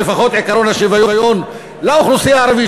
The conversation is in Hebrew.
לפחות עקרון השוויון לאוכלוסייה הערבית,